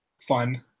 fun